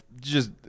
just-